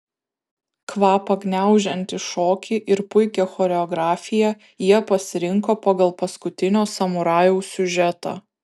kvapą gniaužiantį šokį ir puikią choreografiją jie pasirinko pagal paskutinio samurajaus siužetą